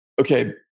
okay